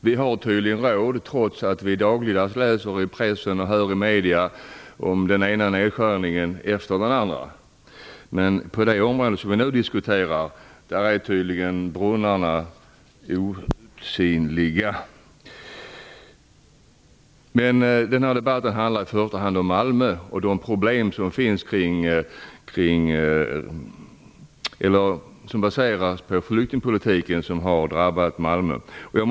Vi kan dagligdags läsa i pressen och höra i medierna om den ena nedskärningen efter den andra, men vad gäller det område som vi nu diskuterar är brunnarna tydligen outsinliga. Den här debatten handlar i första hand om Malmö och om de problem som på grund av flyktingpolitiken har drabbat Malmö.